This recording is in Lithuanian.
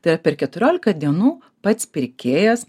tai yra per keturiolika dienų pats pirkėjas